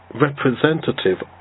representative